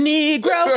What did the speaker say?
Negro